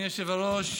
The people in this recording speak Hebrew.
השר,